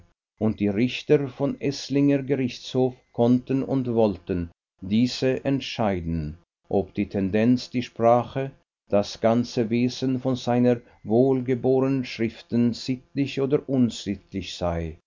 und die richter vom eßlinger gerichtshof konnten und wollten diese entscheiden ob die tendenz die sprache das ganze wesen von seiner wohlgeboren schriften sittlich oder unsittlich sei